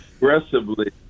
aggressively